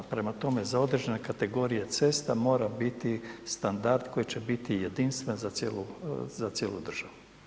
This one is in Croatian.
Prema tome, za određene kategorije cesta mora biti standard koji će biti jedinstven za cijelu državu.